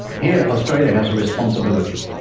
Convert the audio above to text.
here australia has a responsibility.